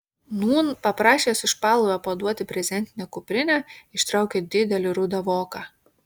nūn paprašęs iš palovio paduoti brezentinę kuprinę ištraukė didelį rudą voką